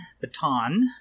Baton